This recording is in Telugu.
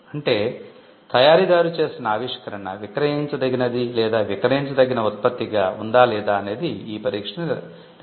అంటే తయారీదారు చేసిన ఆవిష్కరణ విక్రయించదగినది లేదా విక్రయించదగిన ఉత్పత్తిగా ఉందా లేదా అనేది ఈ పరీక్ష నిర్ధారిస్తుంది